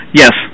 yes